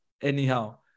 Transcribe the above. anyhow